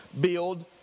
build